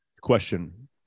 question